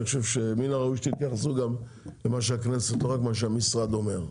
אני חושב שמן הראוי שתתייחסו למה שהכנסת מבקשת ולא רק למה שהמשרד אומר.